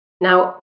Now